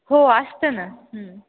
हो असतं ना